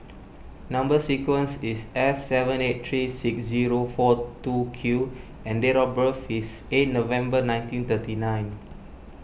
Number Sequence is S seven eight three six zero four two Q and date of birth is eight November nineteen thirty nine